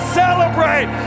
celebrate